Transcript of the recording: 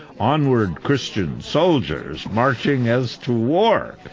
onward christian soldiers marching as to war.